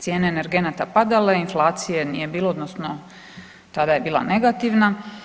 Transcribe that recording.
Cijene energenata padale, inflacije nije bilo, odnosno tada je bila negativna.